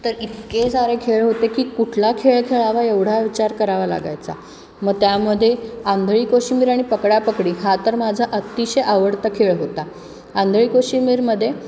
तर इतके सारे खेळ होते की कुठला खेळ खेळावा एवढा विचार करावा लागायचा मग त्यामध्ये आंधळी कोशिंबीर आणि पकडापकडी हा तर माझा अतिशय आवडता खेळ होता आंधळी कोशिंबीरमध्ये